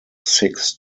six